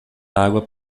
água